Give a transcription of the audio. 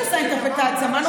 את עושה אינטרפרטציה ומציגה את זה,